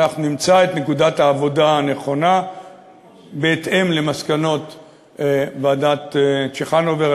אנחנו נמצא את נקודת העבודה הנכונה בהתאם למסקנות ועדת צ'חנובר.